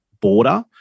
border